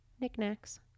knickknacks